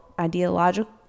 ideological